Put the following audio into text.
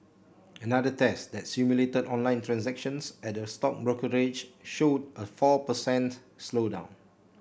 another test that simulated online transactions at a stock brokerage showed a four per cent slowdown